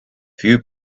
few